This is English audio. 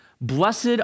Blessed